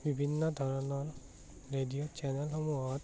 বিভিন্ন ধৰণৰ ৰেডিঅ' চেনেলসমূহত